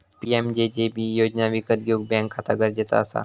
PMJJB योजना विकत घेऊक बॅन्क खाता गरजेचा असा